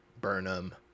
Burnham